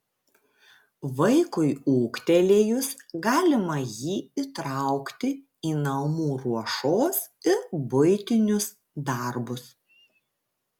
vaikui ūgtelėjus galima jį įtraukti į namų ruošos ir buitinius darbus